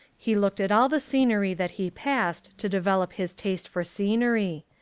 he looked at all the scenery that he passed to develop his taste for scenery.